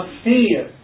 fear